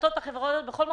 ברשתות החברתיות ובכל מקום,